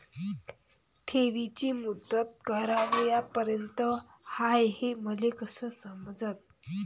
ठेवीची मुदत कवापर्यंत हाय हे मले कस समजन?